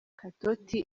katauti